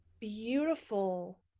beautiful